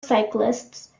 cyclists